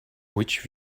which